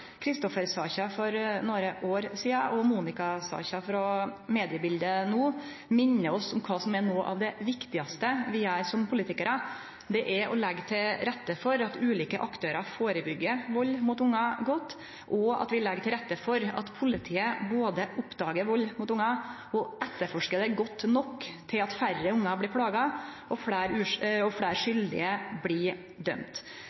for nokre år sidan og Monika-saka frå mediebildet no minner oss om kva som er noko av det viktigaste vi gjer som politikarar; det er å leggje til rette for at ulike aktørar førebyggjer vald mot ungar godt, og at vi legg til rette for at politiet både oppdagar vald mot ungar og etterforskar det godt nok til at færre ungar blir plaga og fleire skuldige blir dømde. Vi i Senterpartiet er opptekne av nærpolitiet og